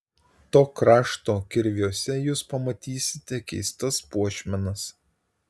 to krašto kirviuose jūs pamatysite keistas puošmenas